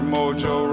Mojo